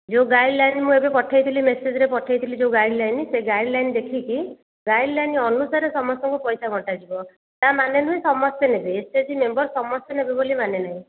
ଯେଉଁ ଗାଇଡ଼୍ଲାଇନ୍ ମୁଁ ଏବେ ପଠେଇଥିଲି ମେସେଜ୍ରେ ପଠେଇଥିଲି ଯେଉଁ ଗାଇଡ଼୍ଲାଇନ୍ ସେ ଗାଇଡ଼୍ଲାଇନ୍ ଦେଖିକି ଗାଇଡ଼୍ଲାଇନ୍ ଅନୁସାରେ ସମସ୍ତଙ୍କୁ ପଇସା ବଣ୍ଟାଯିବ ଏହା ମାନେ ନୁହେଁ ସମସ୍ତେ ନେବେ ଏସ୍ ଏଚ୍ ଜି ମେମ୍ବର୍ ସମସ୍ତେ ନେବେ ବୋଲି ମାନେ ନାହିଁ